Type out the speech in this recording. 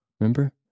Remember